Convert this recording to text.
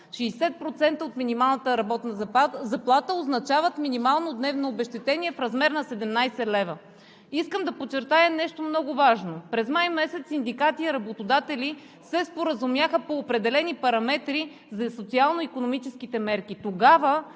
от минималната работна заплата означават минимално дневно обезщетение в размер на 17 лв. Искам да подчертая нещо много важно. През месец май синдикати и работодатели се споразумяха по определени параметри за социално-икономическите мерки.